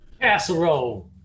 Casserole